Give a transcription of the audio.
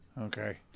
Okay